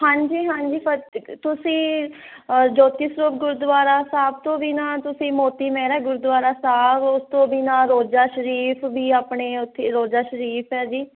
ਹਾਂਜੀ ਹਾਂਜੀ ਫਤਿਹ ਤੁਸੀਂ ਜੋਤੀ ਸਰੂਪ ਗੁਰਦੁਆਰਾ ਸਾਹਿਬ ਤੋਂ ਵੀ ਨਾ ਤੁਸੀਂ ਮੋਤੀ ਮਹਿਰਾ ਗੁਰਦੁਆਰਾ ਸਾਹਿਬ ਉਸ ਤੋਂ ਬਿਨਾਂ ਰੋਜ਼ਾ ਸ਼ਰੀਫ ਵੀ ਆਪਣੇ ਉੱਥੇ ਰੋਜਾ ਸ਼ਰੀਫ ਹੈ ਜੀ